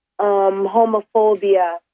homophobia